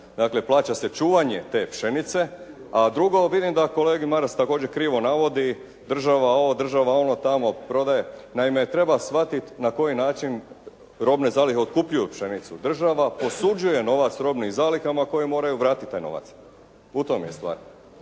dakle plaća se čuvanje te pšenice. A drugo, vidim da kolega Maras također krivo navodi, država ovo, država ono tamo prodaje. Naime treba shvatiti na koji način robne zalihe otkupljuju pšenicu. Država posuđuje novac robnim zalihama koje moraju vratiti taj novac. U tome je stvar.